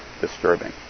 disturbing